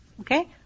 Okay